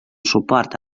suport